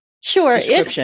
Sure